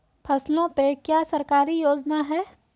फसलों पे क्या सरकारी योजना है?